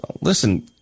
Listen